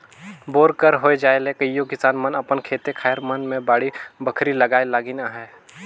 bore कर होए जाए ले कइयो किसान मन अपन खेते खाएर मन मे बाड़ी बखरी लगाए लगिन अहे